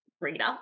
reader